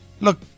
Look